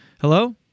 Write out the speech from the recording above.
Hello